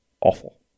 awful